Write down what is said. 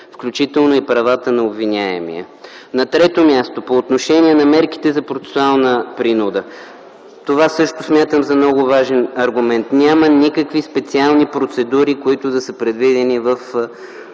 включително и правата на обвиняемия. На трето място, по отношение на мерките за процесуална принуда. Това също смятам за много важен аргумент – няма никакви специални процедури, които да са предвидени в